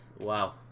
wow